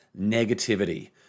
Negativity